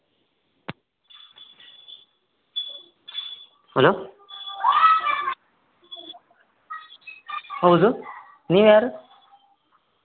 hello ಹೌದು ನೀವ್ಯಾರು